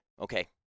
Okay